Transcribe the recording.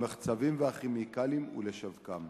המחצבים והכימיקלים ולשווקם.